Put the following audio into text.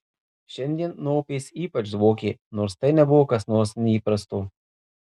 šiandien nuo upės ypač dvokė nors tai nebuvo kas nors neįprasto